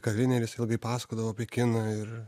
kavinę ir jisai ilgai pasakodavo apie kiną ir